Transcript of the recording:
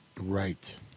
Right